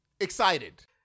Excited